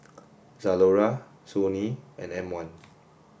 Zalora Sony and M one